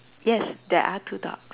yes there are two dogs